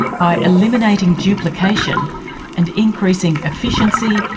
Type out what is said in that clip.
by eliminating duplication and increasing efficiency,